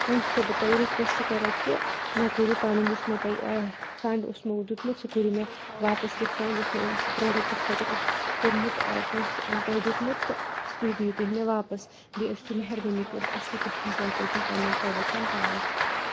وۄنۍ چھُسو بہٕ تۄہہِ یہِ رِکویٚسٹ کَران کہِ مےٚ کٔرِو پَنُن یُس مےٚ تۄہہِ فنٛڈ اوسمو دیُتمُت سُہ کوٚرُو مےٚ واپَس رِفَنٛڈ یُس مےٚ امہِ پرٛوڈَکٹ خٲطرٕ اوس کوٚرمُت پونٛسہٕ تۄہہِ دیُتمُت تہٕ تُہۍ دِیِو تُہۍ مےٚ واپَس بیٚیہِ ٲسو مہربٲنی کٔرِتھ اَصٕل پٲٹھۍ پیکیجِنٛگ پنٛنیٚن پرٛوڈَکٹَن کَران